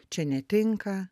čia netinka